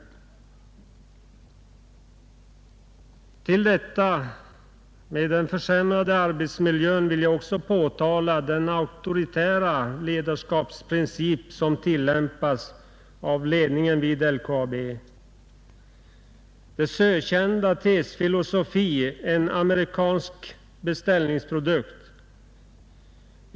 Utöver detta med den försämrade arbetsmiljön vill jag också påtala den auktoritära ledarskapsprincip som tillämpas av ledningen vid LKAB. Dess ökända tesfilosofi är en amerikansk beställningsprodukt.